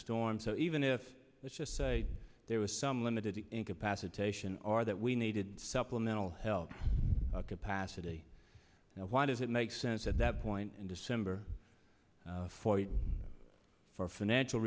storm so even if let's just say there was some limited incapacitation or that we needed supplemental help capacity now why does it make sense at that point in december for you for financial